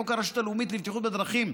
חוק הרשות הלאומית לבטיחות בדרכים,